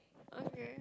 okay